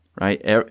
Right